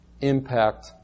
impact